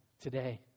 today